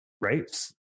right